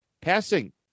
Passing